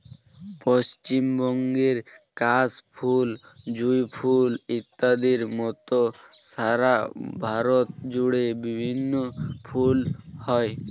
পশ্চিমবঙ্গের কাশ ফুল, জুঁই ফুল ইত্যাদির মত সারা ভারত জুড়ে বিভিন্ন ফুল হয়